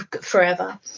forever